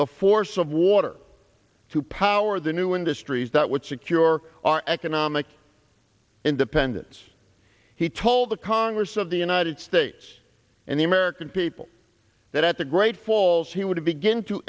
the force of water to power the new industries that would secure our economic independence he told the congress of the united states and the american people that at the great falls he would begin to